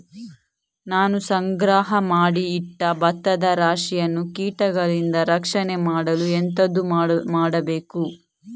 ನಾನು ಸಂಗ್ರಹ ಮಾಡಿ ಇಟ್ಟ ಭತ್ತದ ರಾಶಿಯನ್ನು ಕೀಟಗಳಿಂದ ರಕ್ಷಣೆ ಮಾಡಲು ಎಂತದು ಮಾಡಬೇಕು?